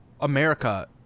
america